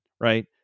right